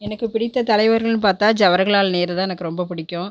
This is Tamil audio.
எனக்கு பிடித்த தலைவர்கள்னு பார்த்தா ஜவர்ஹலால் நேரு தான் எனக்கு ரொம்ப பிடிக்கும்